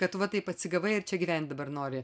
kad va taip atsigavai ir čia gyvent dabar nori